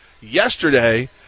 Yesterday